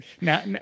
Now